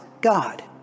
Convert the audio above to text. God